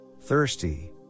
thirsty